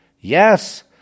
yes